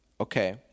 Okay